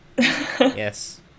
Yes